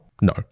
no